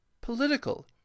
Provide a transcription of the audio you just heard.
political